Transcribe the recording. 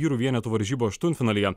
vyrų vienetų varžybų aštuntfinalyje